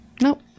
nope